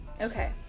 Okay